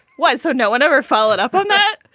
what? so no one ever followed up on that.